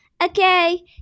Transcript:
Okay